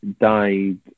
died